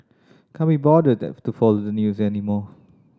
can't be bothered to follow the new anymore